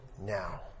now